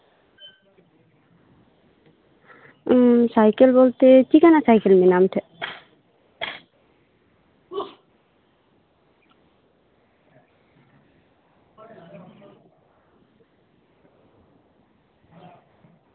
ᱤᱧ ᱥᱟᱭᱠᱮᱞ ᱵᱚᱞᱛᱮ ᱪᱮᱫ ᱞᱠᱟᱱᱟᱜ ᱥᱟᱭᱠᱮᱞ ᱢᱮᱱᱟᱜᱼᱟ ᱟᱢ ᱴᱷᱮᱡ